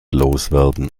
loswerden